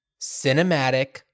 cinematic-